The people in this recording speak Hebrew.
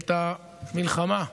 את המלחמה,